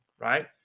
right